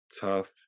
tough